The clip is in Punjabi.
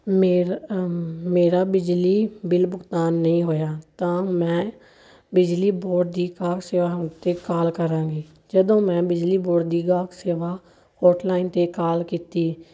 ਮੇਰ ਮੇਰਾ ਬਿਜਲੀ ਬਿੱਲ ਭੁਗਤਾਨ ਨਹੀਂ ਹੋਇਆ ਤਾਂ ਮੈਂ ਬਿਜਲੀ ਬੋਰਡ ਦੀ ਕਾਲ ਸੇਵਾ ਉੱਤੇ ਕਾਲ ਕਰਾਂਗੀ ਜਦੋਂ ਮੈਂ ਬਿਜਲੀ ਬੋਰਡ ਦੀ ਗਾਹਕ ਸੇਵਾ ਹੋਟਲਾਇਨ 'ਤੇ ਕਾਲ ਕੀਤੀ